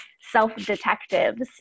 self-detectives